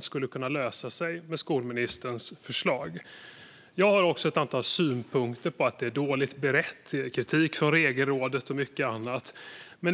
skulle kunna lösas med skolministerns förslag. Jag har också ett antal synpunkter på att det är dåligt berett. Det fick kritik från Regelrådet, och det var mycket annat.